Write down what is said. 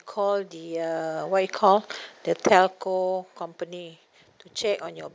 call the uh what you call the telco company to check on your